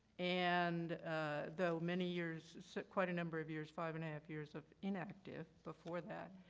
and though many years, so quite a number of years, five and a half years of inactive before that.